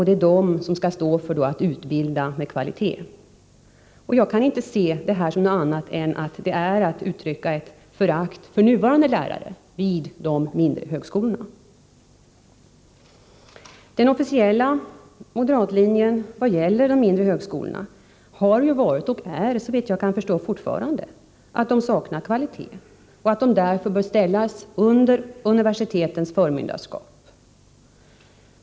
Det är de som skall stå för en utbildning med kvalitet. Jag kan inte se detta som något annat än ett uttryck för förakt för de nuvarande lärarna vid de mindre högskolorna. Den officiella moderata uppfattningen i vad gäller de mindre högskolorna har varit — och är fortfarande, såvitt jag kan förstå — att dessa saknar kvalitet och att de därför bör ställas under universitetens förmynderskap.